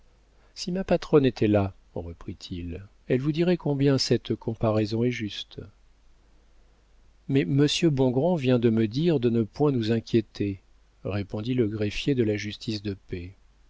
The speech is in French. si ma patronne était là reprit-il elle vous dirait combien cette comparaison est juste mais monsieur bongrand vient de me dire de ne point nous inquiéter répondit le greffier de la justice de paix